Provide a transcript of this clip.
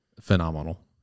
phenomenal